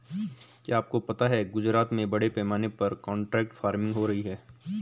क्या आपको पता है गुजरात में बड़े पैमाने पर कॉन्ट्रैक्ट फार्मिंग हो रही है?